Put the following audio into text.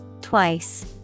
Twice